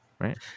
right